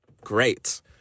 great